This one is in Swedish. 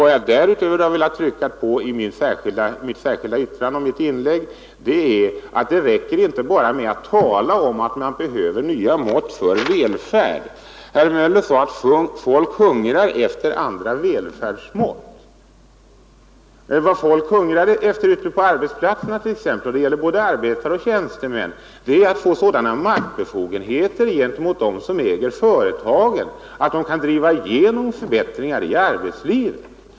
Vad jag därutöver velat trycka på i mitt särskilda yttrande och i mitt inlägg är att det inte räcker med att bara tala om behovet av nya mått för välfärd. Herr Möller sade att vad folk hungrar efter är nya välfärdsmått. Men vad folk hungrar efter t.ex. ute på arbetsplatserna — det gäller både arbetare och tjänstemän - är att få sådana maktbefogenheter mot dem som äger företagen att de kan driva igenom förbättringar i arbetslivet.